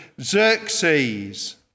Xerxes